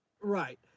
right